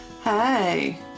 Hey